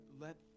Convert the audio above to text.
let